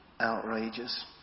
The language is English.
outrageous